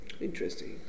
Interesting